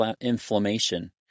inflammation